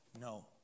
No